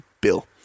Bill